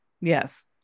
yes